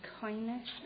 kindness